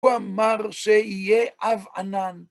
הוא אמר שיהיה עב ענן.